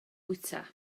bwyta